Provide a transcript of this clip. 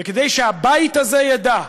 וכדי שהבית הזה ידע,